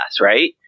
right